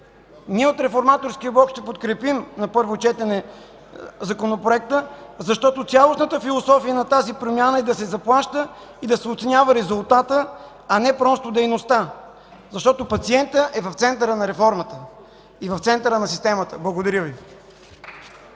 Ние от Реформаторския блок ще подкрепим на първо четене Законопроекта, защото цялостната философия на тази промяна е да се заплаща и да се оценява резултатът, а не просто дейността, защото пациентът е в центъра на реформата и в центъра на системата. Благодаря Ви.